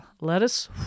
lettuce